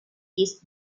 his